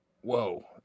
whoa